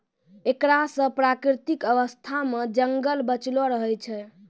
एकरा से प्राकृतिक अवस्था मे जंगल बचलो रहै छै